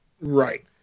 Right